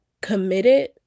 committed